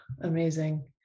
Amazing